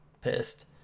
pissed